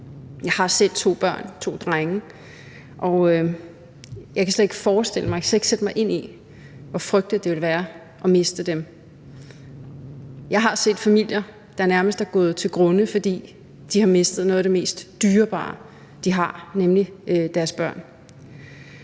jeg kan slet ikke forestille mig, jeg kan slet ikke sætte mig ind i, hvor frygteligt det ville være at miste dem. Jeg har set familier, der nærmest er gået til grunde, fordi de har mistet noget af det mest dyrebare, de har, nemlig deres børn.